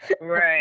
right